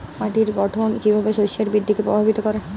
মাটির গঠন কীভাবে শস্যের বৃদ্ধিকে প্রভাবিত করে?